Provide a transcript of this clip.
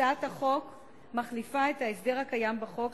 הצעת החוק מחליפה את ההסדר הקיים בחוק,